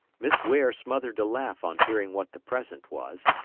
miss ware smothered a laugh on hearing what the present was.